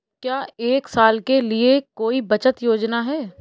क्या एक साल के लिए कोई बचत योजना है?